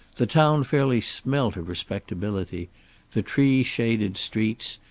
the town fairly smelt of respectability the tree-shaded streets,